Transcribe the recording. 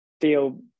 feel